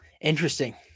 Interesting